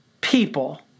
people